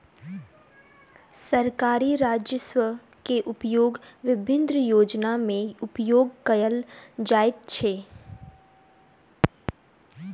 सरकारी राजस्व के उपयोग विभिन्न योजना में उपयोग कयल जाइत अछि